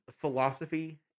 Philosophy